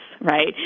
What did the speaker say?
right